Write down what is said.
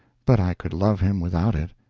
but i could love him without it.